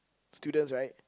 students right